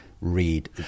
read